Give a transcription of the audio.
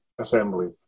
Assembly